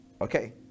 okay